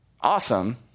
awesome